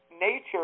nature